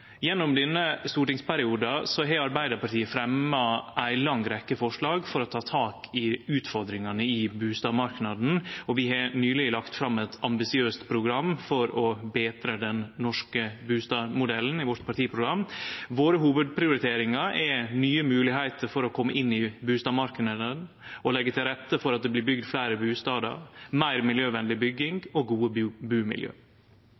Gjennom denne stortingsperioden har Arbeidarpartiet fremja ei lang rekkje forslag for å ta tak i utfordringane i bustadmarknaden, og vi har nyleg lagt fram eit ambisiøst program for å betre den norske bustadmodellen i vårt partiprogram. Våre hovudprioriteringar er nye moglegheiter for å kome inn i bustadmarknaden, å leggje til rette for at det blir bygd fleire bustadar, meir miljøvenleg bygging og gode bumiljø.